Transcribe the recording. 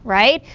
right?